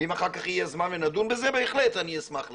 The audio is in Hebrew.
ואם אחר כך יהיה זמן ונדון בזה בהחלט אני אשמח להגיד.